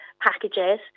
packages